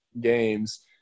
games